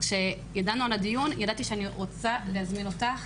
כשידענו על הדיון ידעתי שאני רוצה להזמין אותך,